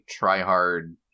tryhard